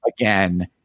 again